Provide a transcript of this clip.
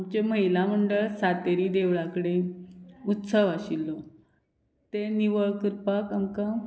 आमचें महिला मंडळ सातेरी देवळा कडेन उत्सव आशिल्लो तें निवळ करपाक आमकां